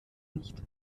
nicht